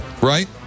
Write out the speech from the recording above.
Right